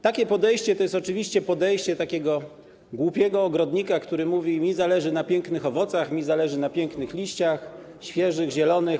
Takie podejście jest oczywiście podejściem takiego głupiego ogrodnika, który mówi: mnie zależy na pięknych owocach, mnie zależy na pięknych liściach, świeżych, zielonych.